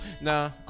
Nah